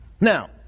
Now